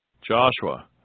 Joshua